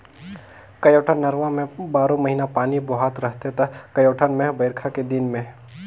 कयोठन नरूवा में बारो महिना पानी बोहात रहथे त कयोठन मे बइरखा के दिन में